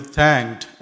thanked